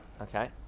okay